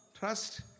Trust